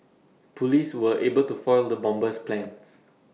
Police were able to foil the bomber's plans